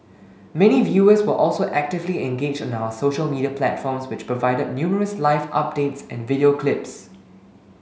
many viewers were also actively engaged on our social media platforms which provided numerous live updates and video clips